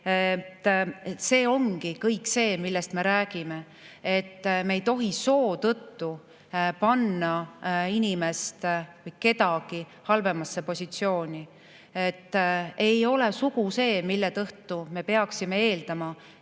See ongi kõik see, millest me räägime, et me ei tohi soo tõttu panna kedagi halvemasse positsiooni. Ei ole sugu see, mille tõttu me peaksime eeldama,